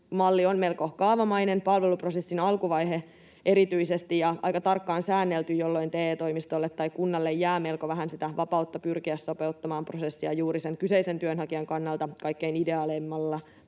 malli on melko kaavamainen — palveluprosessin alkuvaihe erityisesti — ja aika tarkkaan säännelty, jolloin TE-toimistolle tai kunnalle jää melko vähän vapautta pyrkiä sopeuttamaan prosessia juuri sen kyseisen työnhakijan kannalta kaikkein ideaaleimmalla